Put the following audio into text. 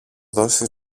δώσεις